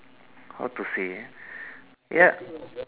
how to say eh ya